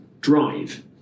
drive